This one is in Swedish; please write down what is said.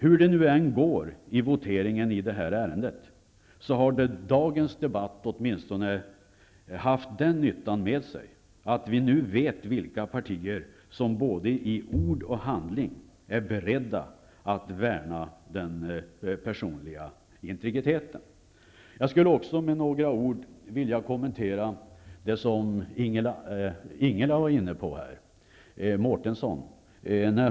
Hur det nu än går i voteringen i det här ärendet har dagens debatt åtminstone haft den nyttan med sig att vi nu vet vilka partier som i både ord och handling är beredda att värna den personliga integriteten. Jag skulle också med några ord vilja kommentera det som Ingela Mårtensson var inne på.